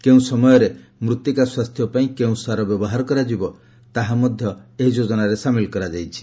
କେଉଁ ସମୟରେ ମୃତ୍ତିକା ସ୍ୱାସ୍ଥ୍ୟ ପାଇଁ କେଉଁ ସାର ବ୍ୟବହାର କରାଯିବ ତାହା ମଧ୍ୟ ଏହି ଯୋଜନାରେ ସାମିଲ କରାଯାଇଛି